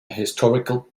historical